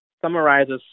summarizes